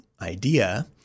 idea